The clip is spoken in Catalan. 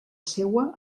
seua